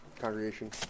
congregation